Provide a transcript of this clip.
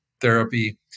therapy